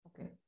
okay